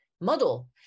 model